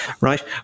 right